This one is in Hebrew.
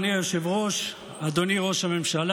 אדוני היושב-ראש, אדוני ראש הממשלה,